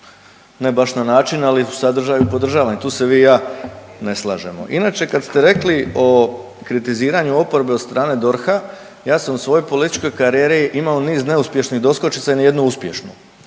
ne baš na način, ali u sadržaju podržavam i tu se i vi i ja ne slažemo. Inače kad ste rekli o kritiziranju oporbe od strane DORH-a ja sam u svojoj političkoj karijeri imao niz neuspješnih doskočica i ni jednu uspješnu,